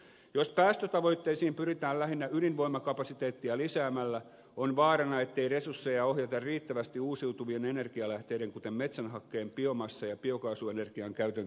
jos päästötavoitteisiin pyritään lähinnä ydinvoimakapasiteettia lisäämällä on vaarana ettei resursseja ohjata riittävästi uusiutuvien energialähteiden kuten metsähakkeen biomassa ja biokaasuenergian käytön kehittämiseen